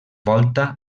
volta